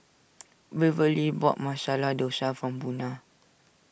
Waverly bought Masala Dosa from Buna